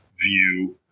view